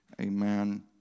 Amen